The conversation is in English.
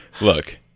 look